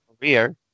career